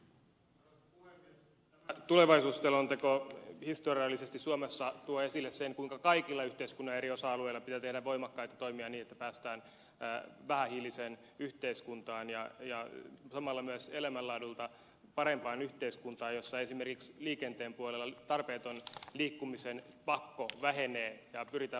tämä tulevaisuusselonteko tuo historiallisesti suomessa esille sen kuinka kaikilla yhteiskunnan eri osa alueilla pitää tehdä voimakkaita toimia niin että päästään vähähiiliseen yhteiskuntaan ja samalla myös elämänlaadultaan parempaan yhteiskuntaan jossa esimerkiksi liikenteen puolella liikkumisen pakko vähenee ja pyritään luomaan palveluita ihmisten lähelle